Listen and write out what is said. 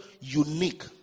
unique